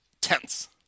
tense